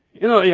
you know,